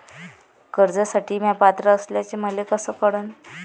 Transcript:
कर्जसाठी म्या पात्र असल्याचे मले कस कळन?